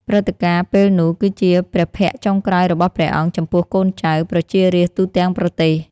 ព្រឹត្តិការណ៍ពេលនោះ គឺជាព្រះភ័ក្ត្រចុងក្រោយរបស់ព្រះអង្គចំពោះកូនចៅ ប្រជារាស្ត្រទូទាំងប្រទេស។